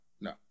no